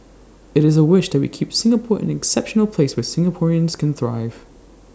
IT is A wish that we keep Singapore an exceptional place where Singaporeans can thrive